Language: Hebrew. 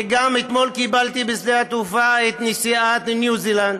ואתמול גם קיבלתי בשדה התעופה את נשיאת ניו זילנד,